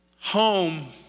Home